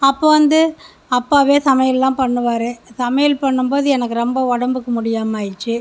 அப்போ வந்து அப்பாவே சமையல்லாம் பண்ணுவார் சமையல் பண்ணும்போது எனக்கு ரொம்ப உடம்புக்கு முடியாமல் ஆயிடிச்சு